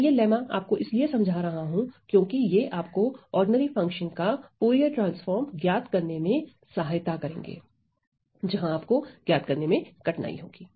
मैं ये लेम्मा आपको इसीलिए समझा रहा हूं क्योंकि ये आपको ऑर्डिनरी फंक्शन का फूरिये ट्रांसफार्म ज्ञात करने में सहायता करेंगे जहां आपको ज्ञात करने में कठिनाई होगी